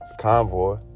convoy